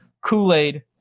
Kool-Aid